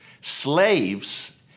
Slaves